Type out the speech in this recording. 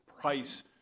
price